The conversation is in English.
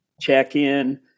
check-in